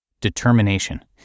determination